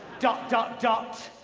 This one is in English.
dot dot dot.